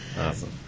Awesome